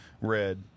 red